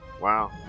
Wow